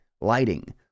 lighting